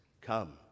come